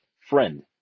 Friend